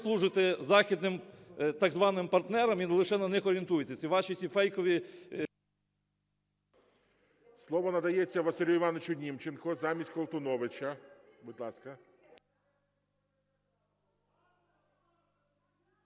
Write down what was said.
служите західним так званим партнерам і лише на них орієнтуєтеся. І ваші ці фейкові... ГОЛОВУЮЧИЙ. Слово надається Василю Івановичу Німченку замість Колтуновича. Будь ласка.